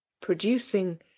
producing